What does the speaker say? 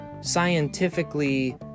scientifically